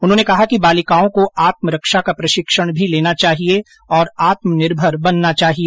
उन्होंने कहा कि बालिकाओं को आत्मरक्षा का प्रशिक्षण भी लेना चाहिए और आत्मनिर्भर बनना चाहिए